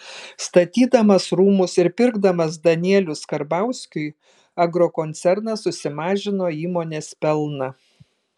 statydamas rūmus ir pirkdamas danielius karbauskiui agrokoncernas susimažino įmonės pelną